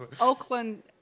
Oakland